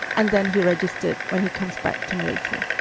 and then he registered when he comes back to malaysia.